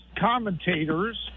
commentators